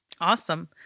Awesome